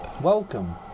Welcome